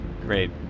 Great